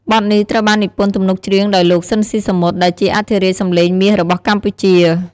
បទនេះត្រូវបាននិពន្ធទំនុកច្រៀងដោយលោក ស៊ិន ស៊ីសាមុត ដែលជាអធិរាជសំឡេងមាសរបស់កម្ពុជា។